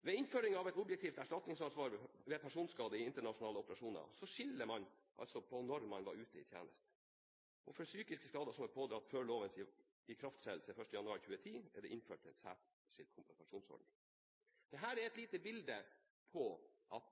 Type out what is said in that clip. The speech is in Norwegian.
Ved innføring av et objektivt erstatningsansvar ved personskade i internasjonale operasjoner skiller man på når man var ute i tjeneste. For psykiske skader man har pådratt seg før loven trådte i kraft 1. januar 2010, er det innført en særskilt kompensasjonsordning. Dette er et lite bilde på at